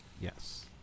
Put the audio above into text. Yes